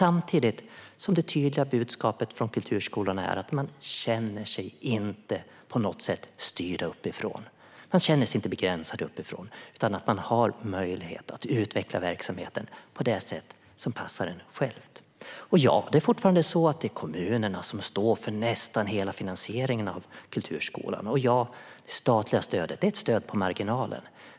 Det tydliga budskapet från kulturskolorna är samtidigt att de inte känner sig styrda eller begränsade uppifrån. De har fortfarande möjlighet att utveckla verksamheten på det sätt som passar dem själva. Ja, det är fortfarande kommunerna som står för nästan hela finansieringen av kulturskolan, och ja, det statliga stödet är ett stöd på marginalen.